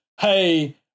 hey